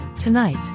Tonight